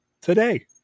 today